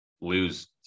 lose